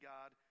God